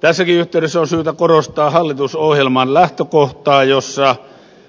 tässäkin yhteydessä on syytä korostaa hallitusohjelman lähtökohtaa jossa